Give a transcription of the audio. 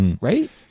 right